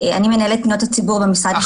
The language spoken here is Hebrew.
אני מנהלת פניות הציבור במשרד לשירותי דת.